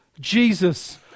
Jesus